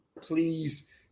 please